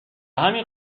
همین